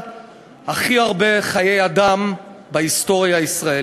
בדמוקרטיה פרלמנטרית.